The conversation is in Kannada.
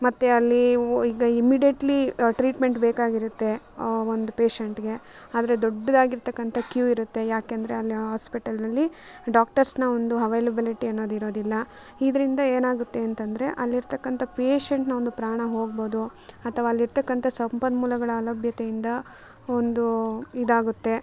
ಮತ್ತು ಅಲ್ಲಿ ಈಗ ಇಮಿಡೆಟ್ಲಿ ಟ್ರೀಟ್ಮೆಂಟ್ ಬೇಕಾಗಿರತ್ತೆ ಒಂದು ಪೇಷಂಟ್ಗೆ ಆದರೆ ದೊಡ್ದಾಗಿರತಕ್ಕಂಥ ಕ್ಯೂ ಇರುತ್ತೆ ಯಾಕೆ ಅಂದರೆ ಅಲ್ಲಿ ಹಾಸ್ಪೆಟಲ್ನಲ್ಲಿ ಡಾಕ್ಟರ್ಸ್ನ ಒಂದು ಅವೈಲೆಬಲಿಟಿ ಅನ್ನೋದು ಇರೋದಿಲ್ಲ ಇದರಿಂದ ಏನಾಗತ್ತೆ ಅಂತಂದರೆ ಅಲ್ಲಿರತಕ್ಕಂಥ ಪೇಷಂಟ್ನ ಒಂದು ಪ್ರಾಣ ಹೋಗ್ಬೋದು ಅಥವಾ ಅಲ್ಲಿರತಕ್ಕಂಥ ಸಂಪನ್ಮೂಲಗಳ ಅಲಭ್ಯತೆಯಿಂದ ಒಂದು ಇದಾಗುತ್ತೆ